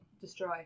Destroy